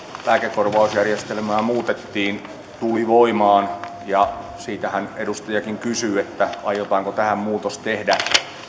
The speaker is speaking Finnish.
lääkekorvausjärjestelmää muutettiin tuli voimaan ja siitähän edustajakin kysyi aiotaanko tähän muutos tehdä